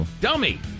dummy